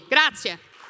Grazie